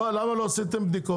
לא, למה לא עשיתם בדיקות?